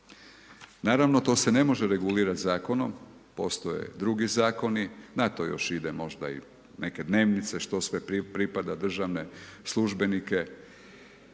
Naravno to se ne može regulirati zakonom, postoje drugi zakoni, na to još ide možda i neke dnevnice što sve pripada državne službenike